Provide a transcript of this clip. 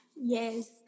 Yes